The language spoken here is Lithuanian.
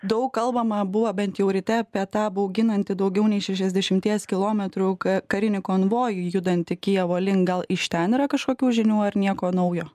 daug kalbama buvo bent jau ryte apie tą bauginantį daugiau nei šešiasdešimies kilometrų karinį konvojų judantį kijevo link gal iš ten yra kažkokių žinių ar nieko naujo